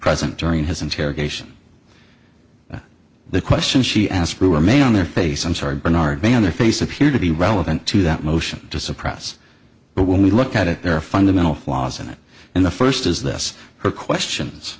present during his interrogation the question she asked brewer made on their face i'm sorry bernard vander face appeared to be relevant to that motion to suppress but when we look at it there are fundamental flaws in it and the first is this her questions